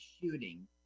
shooting